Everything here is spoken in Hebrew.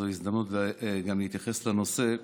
זאת הזדמנות גם להתייחס לנושא.